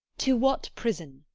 to what prison?